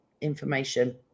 information